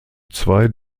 zwei